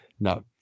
No